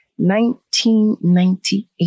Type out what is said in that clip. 1998